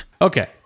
Okay